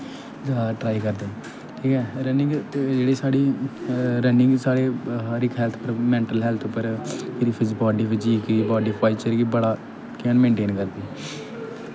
try करदे ठीक ऐ रनिंग साढ़ी रनिंग साढ़े हर इक हैल्थ उप्पर मैंटल हैल्थ उप्पर फिर जेह्ड़ी बॉड्डी च कि बाड्डी पास्चर गी बड़ा मेनटेन करदी